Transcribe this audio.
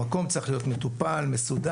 המקום צריך להיות מטופל ומסודר.